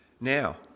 Now